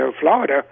Florida